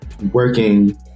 working